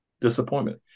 disappointment